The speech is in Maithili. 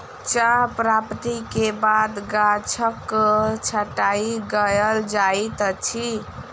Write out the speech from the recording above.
चाह प्राप्ति के बाद गाछक छंटाई कयल जाइत अछि